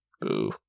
Boo